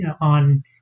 on